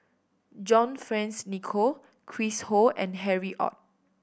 John Fearns Nicoll Chris Ho and Harry Ord